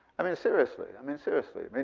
i mean, seriously. i mean, seriously.